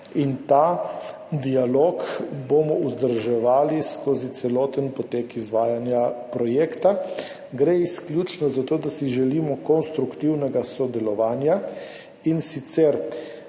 in ta dialog bomo vzdrževali skozi celoten potek izvajanja projekta. Gre izključno za to, da si želimo konstruktivnega sodelovanja, in sicer